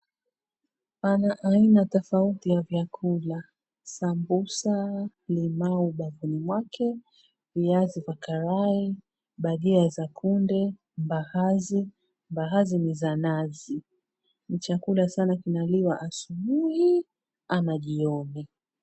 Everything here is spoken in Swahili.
Aina tofauti ya vyakula. Sambusa limau ubavuni mwake, viazi vya karai, bhajia za kunde, mbaazi. Mbaazi ni za nazi. Ni chakula sana kinaliwa asubuhi ama jioni.